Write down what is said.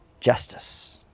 justice